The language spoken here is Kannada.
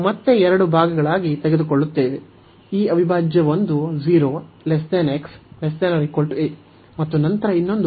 ನಾವು ಮತ್ತೆ ಎರಡು ಭಾಗಗಳಾಗಿ ತೆಗೆದುಕೊಳ್ಳುತ್ತೇವೆ ಈ ಅವಿಭಾಜ್ಯ ಒಂದು 0 x≤a ಮತ್ತು ನಂತರ ಇನ್ನೊಂದು